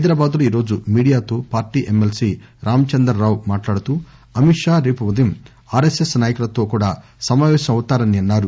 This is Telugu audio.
హైదరాబాద్ ఈ రోజు మీడియాతో పార్టీ ఎమ్మెల్సీ రామచంద్రరావు మాట్లాడుతూ అమిత్షా రేపు ఉదయం ఆర్ఎస్ఎస్ నాయకులతో కూడా సమావేశం అవుతారని అన్నారు